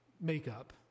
makeup